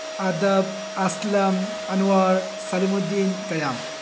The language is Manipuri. ꯑꯗꯞ ꯑꯁꯂꯝ ꯑꯟꯋꯥꯔ ꯁꯂꯤꯃꯨꯗꯤꯟ ꯀꯌꯥꯝ